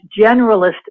generalist